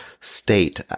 state